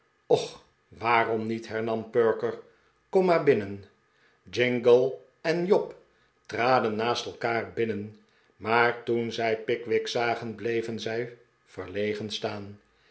och waarom niet hernam perker kom maar binnenl jingle en job traden naast elkaar binnen maar toen zij pickwick zagen bleven zij verlegeri staan